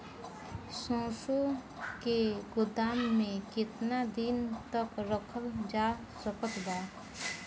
सरसों के गोदाम में केतना दिन तक रखल जा सकत बा?